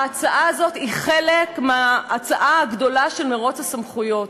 ההצעה הזאת היא חלק מההצעה הגדולה של מירוץ הסמכויות.